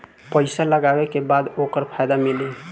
पइसा लगावे के बाद ओकर फायदा मिली